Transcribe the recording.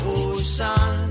ocean